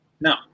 no